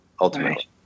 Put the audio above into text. ultimately